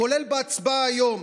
כולל בהצבעה היום.